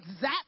zap